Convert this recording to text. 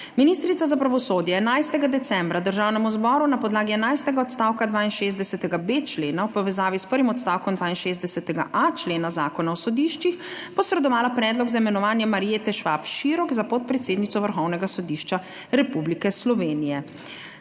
Ministrica za pravosodje je 11. decembra Državnemu zboru na podlagi enajstega odstavka 62.b člena v povezavi s prvim odstavkom 62.a člena Zakona o sodiščih posredovala predlog za imenovanje Marjete Švab Širok za podpredsednico Vrhovnega sodišča Republike Slovenije.